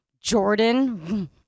Jordan